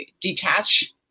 detach